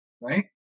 right